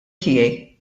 tiegħi